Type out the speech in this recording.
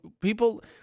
people